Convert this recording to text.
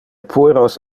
pueros